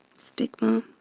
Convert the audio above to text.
stigma.